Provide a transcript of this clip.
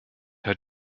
hat